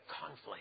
conflict